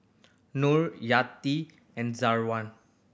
Nor Yati and Zawan